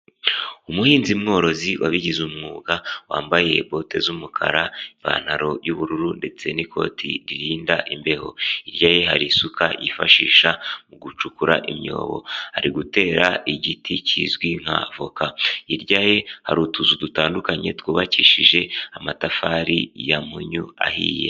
Umuhinzi mworozi wabigize umwuga wambaye bote z'umukara, ipantaro y'ubururu ndetse n'ikoti ririnda imbeho, hirya ye hari isuka yifashisha mu gucukura imyobo ari gutera igiti kizwi nka voka, hirya ye hari utuzu dutandukanye twubakishije amatafari ya munyu ahiye.